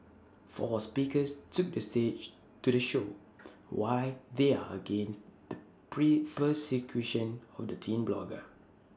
four speakers took to the stage to the show why they are against the pray persecution of the teen blogger